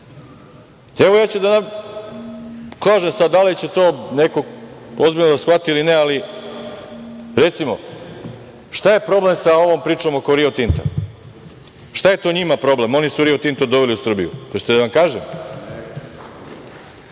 ću da kažem, da li će to neko ozbiljno da shvatili ili ne, ali recimo šta je problem sa ovom pričom oko Rio Tinta? Šta je to njima problem, oni su Rio Tinto doveli u Srbiju? Hoćete da vam kažem?